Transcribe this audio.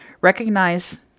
Recognize